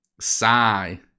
sigh